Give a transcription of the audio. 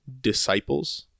disciples